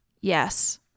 Yes